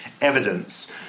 evidence